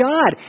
God